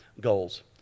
goals